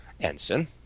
Ensign